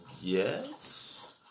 Yes